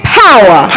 power